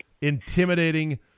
intimidating